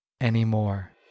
anymore